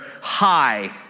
high